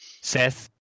Seth